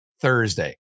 Thursday